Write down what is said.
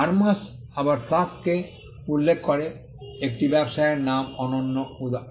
thermos আবার ফ্লাস্ককে উল্লেখ করে একটি ব্যবসায়ের নাম অন্য উদাহরণ